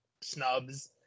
snubs